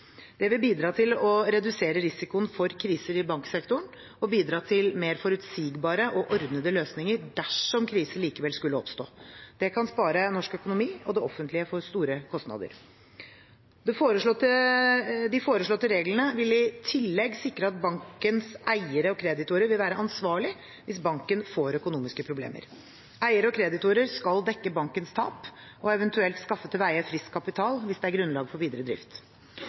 Det vil bidra til å redusere risikoen for kriser i banksektoren og bidra til mer forutsigbare og ordnede løsninger dersom kriser likevel skulle oppstå. Det kan spare norsk økonomi og det offentlige for store kostnader. De foreslåtte reglene vil i tillegg sikre at bankens eiere og kreditorer vil være ansvarlige hvis banken får økonomiske problemer. Eiere og kreditorer skal dekke bankens tap og eventuelt skaffe til veie frisk kapital hvis det er grunnlag for videre drift.